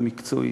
המקצועית,